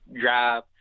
drive